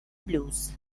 blues